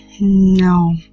No